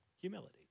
Humility